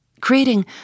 creating